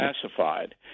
classified